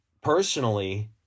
personally